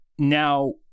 Now